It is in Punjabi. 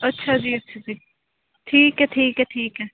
ਅੱਛਾ ਜੀ ਅੱਛਾ ਜੀ ਠੀਕ ਹੈ ਠੀਕ ਹੈ ਠੀਕ ਹੈ